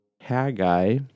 Haggai